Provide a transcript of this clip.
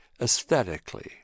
aesthetically